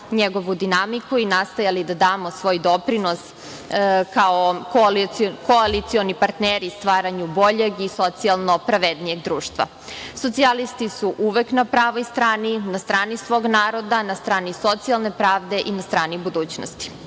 njegovu dinamiku i nastojali da damo svoj doprinos kao koalicioni partneri i stvaranje boljeg i socijalno pravednije društva. Socijalisti su uvek na pravoj strani, na strani svog naroda, na strani socijalne pravde i na strani budućnosti. Poslanička